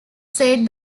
said